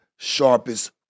sharpest